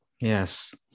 Yes